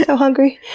so hungry.